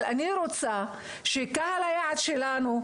אבל אני רוצה שקהל היעד שלנו,